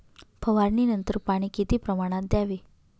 फवारणीनंतर पाणी किती प्रमाणात द्यावे?